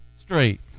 straight